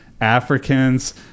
Africans